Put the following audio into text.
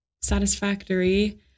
satisfactory